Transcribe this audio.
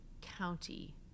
county